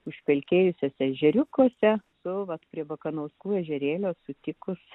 užpelkėjusiuose ežeriukuose su vat prie bakanauskų ežerėlio sutikus